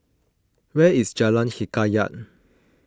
where is Jalan Hikayat